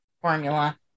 formula